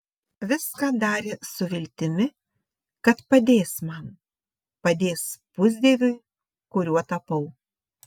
viską darė su viltimi kad padės man padės pusdieviui kuriuo tapau